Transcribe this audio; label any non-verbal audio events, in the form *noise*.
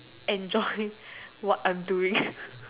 enjoy what I'm doing *laughs*